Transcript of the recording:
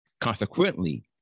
Consequently